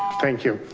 thank you.